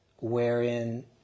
wherein